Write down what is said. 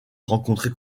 rencontrer